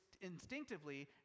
instinctively